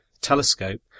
telescope